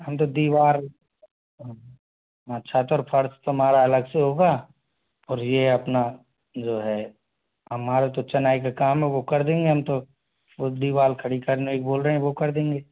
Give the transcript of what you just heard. हम तो दीवार हाँ छत और फर्श तुम्हारा अलग से होगा और ये अपना जो है हमारा तो चनाई के काम है वो कर देंगे हम तो उस दीवार खड़ी करने ही बोल रहे है वो कर देंगे